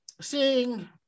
seeing